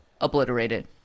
Obliterated